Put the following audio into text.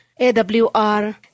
AWR